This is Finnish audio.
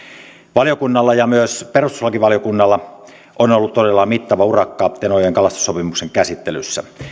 valiokunnalla ja myös perustuslakivaliokunnalla on ollut todella mittava urakka tenojoen kalastussopimuksen käsittelyssä